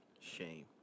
Shame